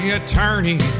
attorney